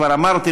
כבר אמרתי,